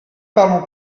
parlons